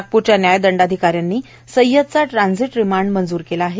नागपूरच्या न्यायदंडाधिकाऱ्यांनी सव्यदचा ट्रांझिट रिमांड मंजूर केला आहे